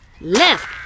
Left